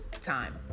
Time